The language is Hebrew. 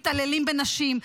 מתעללים בנשים,